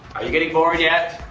are you getting bored yet?